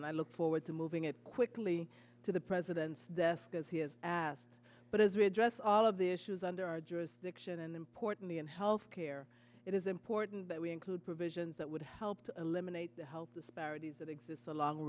and i look forward to moving it quickly to the president's desk as he has asked but as we address all of the issues under our jurisdiction and importantly in health care it is important that we include provisions that would help to eliminate health disparities that exist along